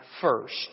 first